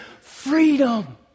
freedom